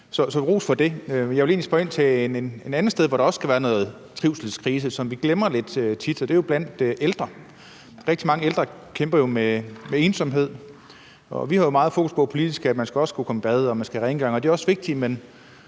Så ros for det. Jeg vil egentlig spørge ind til noget andet, hvor der også kan være en trivselskrise, som vi tit glemmer, og det er blandt ældre. Rigtig mange ældre kæmper med ensomhed, og vi har jo politisk meget fokus på, at man skal kunne komme i bad, og at man skal have rengøring, og det er også vigtigt, men